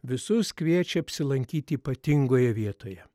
visus kviečia apsilankyti ypatingoje vietoje